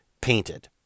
painted